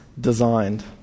Designed